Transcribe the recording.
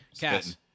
Cass